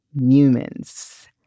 humans